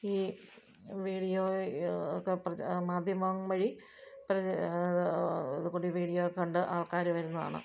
ഈ വീഡിയോ ഒക്കെ മാധ്യമം വഴി പ്ര ഇതു കണ്ട് വീഡിയോ ഒക്കെ കണ്ട് ആൾക്കാർ വരുന്നതാണ്